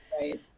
right